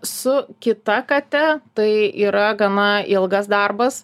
su kita kate tai yra gana ilgas darbas